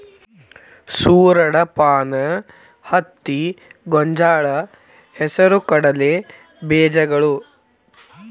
ಸೂರಡಪಾನ, ಹತ್ತಿ, ಗೊಂಜಾಳ, ಹೆಸರು ಕಡಲೆ ಬೇಜಗಳು